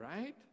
right